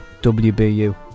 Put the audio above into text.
WBU